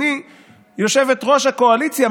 גברתי יושבת-ראש הקואליציה,